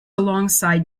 alongside